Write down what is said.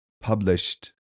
published